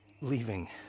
leaving